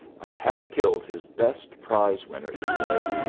i'd half killed his best prize-winner, he says,